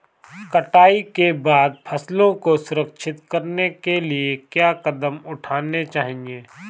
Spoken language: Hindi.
कटाई के बाद फसलों को संरक्षित करने के लिए क्या कदम उठाने चाहिए?